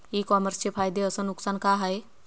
इ कामर्सचे फायदे अस नुकसान का हाये